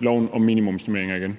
loven om minimumsnormeringer igen?